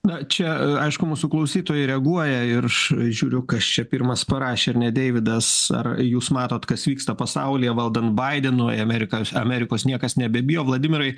na čia aišku mūsų klausytojai reaguoja ir aš žiūriu kas čia pirmas parašė ar ne deividas ar jūs matot kas vyksta pasaulyje valdant baidenui amerika amerikos niekas nebebijo vladimirai